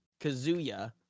Kazuya